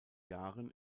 jahren